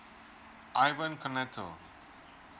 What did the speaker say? ivan kenato